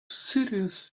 serious